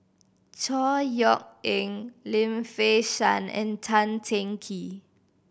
Chor Yeok Eng Lim Fei Shen and Tan Teng Kee